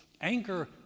anger